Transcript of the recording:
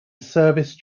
service